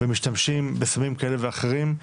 ומשתמשים בסמים כאלה ואחרים.